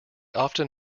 often